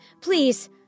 please